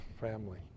family